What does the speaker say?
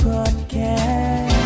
Podcast